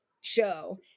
show